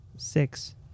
six